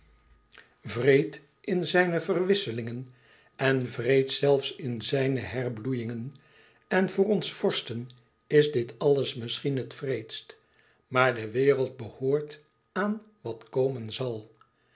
wreed in zijne verwisselingen en wreed zelfs in zijne herbloeiingen en voor ons vorsten is dit alles misschien het wreedst maar de wereld behoort aan wat komen zal